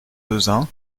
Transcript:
peuzin